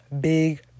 big